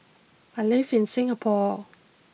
I live in Singapore